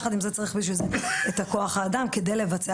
יחד עם זה צריך בשביל זה את כוח האדם כדי לבצע